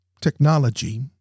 technology